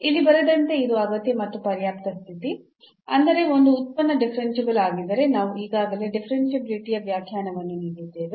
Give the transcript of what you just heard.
ಇಲ್ಲಿ ಬರೆದಂತೆ ಇದು ಅಗತ್ಯ ಮತ್ತು ಪರ್ಯಾಪ್ತ ಸ್ಥಿತಿ ಅಂದರೆ ಒಂದು ಉತ್ಪನ್ನ ಡಿಫರೆನ್ಸಿಬಲ್ ಆಗಿದ್ದರೆ ನಾವು ಈಗಾಗಲೇ ಡಿಫರೆನ್ಷಿಯಬಿಲಿಟಿಯ ವ್ಯಾಖ್ಯಾನವನ್ನು ನೀಡಿದ್ದೇವೆ